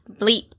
bleep